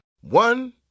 One